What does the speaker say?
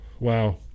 Wow